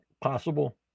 possible